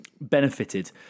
benefited